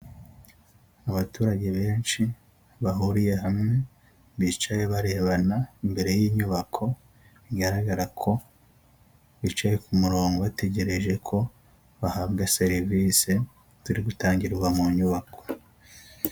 Abaturage benshi bahuriye hamwe bicaye barebana imbere y'inyubako igaragara ko bicaye ku murongo bategereje ko bahabwa serivisi ziri gutangirwa mu nyubako.